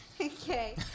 Okay